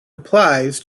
applies